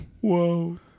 Whoa